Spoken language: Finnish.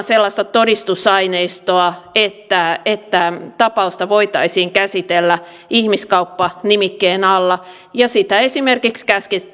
sellaista todistusaineistoa että että tapausta voitaisiin käsitellä ihmiskauppa nimikkeen alla jolloin sitä esimerkiksi